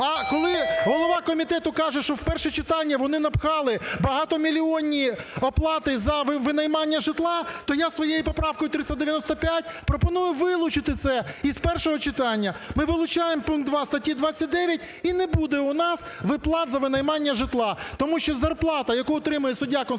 А коли голова комітету каже, що в перше читання вони напхали багатомільйонні оплати за винаймання житла, то я своєю поправкою 395 пропоную вилучити це з першого читання. Ми вилучаємо пункт 2 статті 29, і не буде у нас виплат за винаймання житла. Тому що зарплата, яку отримує суддя Конституційного